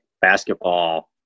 basketball